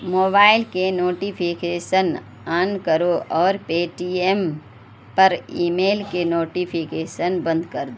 mobile کے notification on کرو اور پے ٹی ایم پر ای میل کے نوٹیفیکیسن بند کر دو